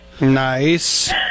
Nice